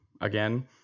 again